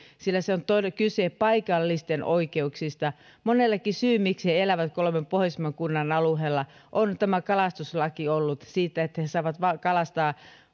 sillä on kyse paikallisten oikeuksista monellekin syy siihen miksi he elävät kolmen pohjoisimman kunnan alueella on ollut tämä kalastuslaki se että he saavat kalastaa